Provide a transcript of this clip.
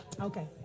Okay